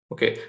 Okay